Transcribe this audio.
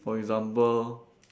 for example